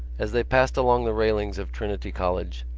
as they passed along the railings of trinity college,